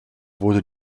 wurde